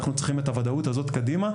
אנחנו צריכים את הודאות הזאת קדימה,